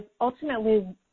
ultimately